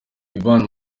ivan